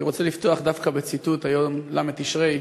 אני רוצה לפתוח דווקא בציטוט, היום, ל' בתשרי: